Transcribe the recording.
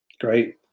Great